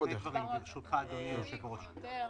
דיברנו על זה די והותר אתמול.